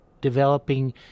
developing